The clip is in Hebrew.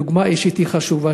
דוגמה אישית היא חשובה,